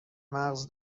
مغز